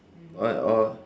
what or